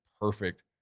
perfect